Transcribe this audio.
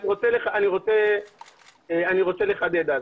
רוצה לחדד.